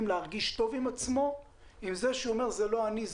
להרגיש טוב עם עצמו עם זה שהוא אומר "זה לא אני,